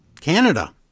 canada